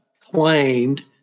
claimed